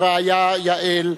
הרעיה יעל,